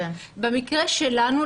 במקרה שלנו,